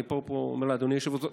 אני פה אומר לאדוני היושב-ראש,